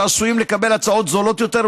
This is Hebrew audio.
שעשויים לקבל הצעות זולות יותר,